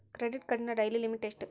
Credit ಕಾರ್ಡಿನ daily limit ಎಷ್ಟು?